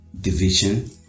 division